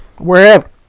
Wherever